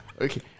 Okay